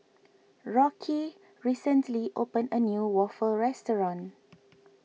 Rocky recently opened a new Waffle restaurant